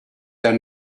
their